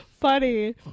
funny